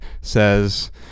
says